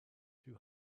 two